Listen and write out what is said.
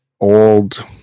old